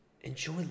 enjoy